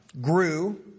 grew